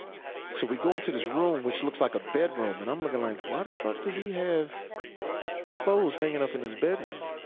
so we go into this room that looks like a bedroom and i'm looking like, why the fuck does he have clothes hanging up in his bedroom?